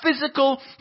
physical